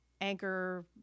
anchor